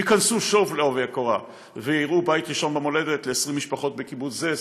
שייכנסו שוב בעובי הקורה ויראו בית ראשון במולדת ל-20 משפחות בקיבוץ זה,